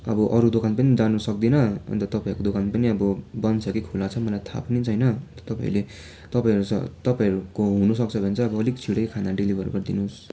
अब अरू दोकान पनि जान सक्दिनँ अन्त तपाईँहरूको दोकान पनि अब बन्द छ कि खुल्ला छ मलाई थाहा पनि छैन तपाईँहरूले तपाईँहरू तपाईँहरूको हुनसक्छ भने चाहिँ अब अलिक छिट्टै खाना डेलिभर गरिदिनु होस्